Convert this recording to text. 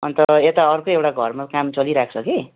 अन्त यता अर्कै एउटा घरमा काम चलिरहेको छ कि